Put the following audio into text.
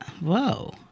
Whoa